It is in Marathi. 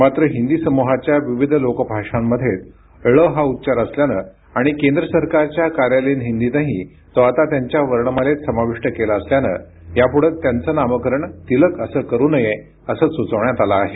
मात्र हिंदी समुहाच्या विविध लोकभाषांमध्येच ळ हा उच्चार असल्याने आणि केंद्र सरकारच्या कार्यालयीन हिंदीनेही तो आता त्यांच्या वर्णमालेत समाविष्ट केला असल्याने यापुढे त्यांचे नामकरण तिलक असे करू नये असे सुचवण्यात आले आहे